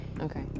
Okay